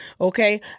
Okay